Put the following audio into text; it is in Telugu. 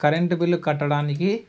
కరెంటు బిల్లు కట్టడానికి